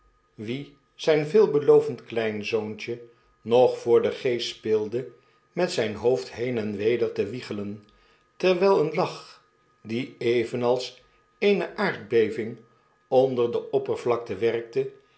wien zjjn veelbelovend kleinzoontje nog voor den geest speelde met zjjn hoofd heen en weder te wiegelen terwgl een lach die evenals eene aardbeving onder de oppervlakte werkte